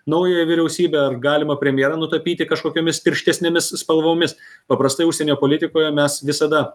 naująją vyriausybę ar galimą premjerą nutapyti kažkokiomis tirštesnėmis spalvomis paprastai užsienio politikoje mes visada